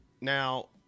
now